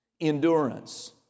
Endurance